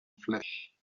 flesh